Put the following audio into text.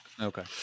Okay